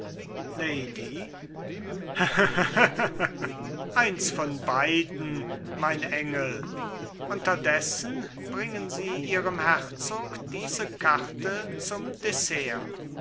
lady lachend aufstehend eines von beiden mein engel unterdessen bringen sie ihrem herzog diese karte zum dessert